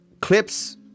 clips